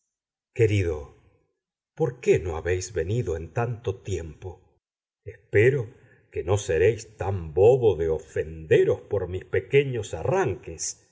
querido por qué no habéis venido en tanto tiempo espero que no seréis tan bobo de ofenderos por mis pequeños arranques